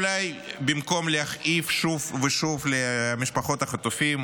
אולי במקום להכאיב שוב ושוב למשפחות החטופים